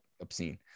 obscene